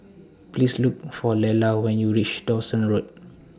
Please Look For Lela when YOU REACH Dawson Road